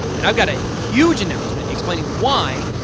and i've got a huge announcement explaining why,